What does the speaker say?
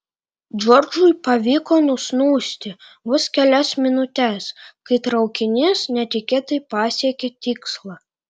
džordžui pavyko nusnūsti vos kelias minutes kai traukinys netikėtai pasiekė tikslą